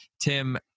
Tim